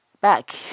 back